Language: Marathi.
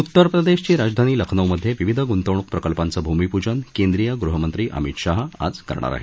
उत्तर प्रदेशची राजधानी लखनौमधे विविध गुंतवणूक प्रकल्पांचं भूमीपुजन केंद्रीय गृहमंत्री अमित शाह आज करणार आहेत